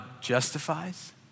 justifies